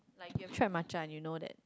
like if you've tried matcha and you know that